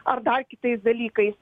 ar dar kitais dalykais